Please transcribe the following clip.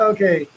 Okay